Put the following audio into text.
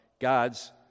God's